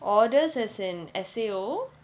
order as in S_A_O